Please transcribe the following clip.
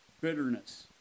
bitterness